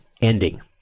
ending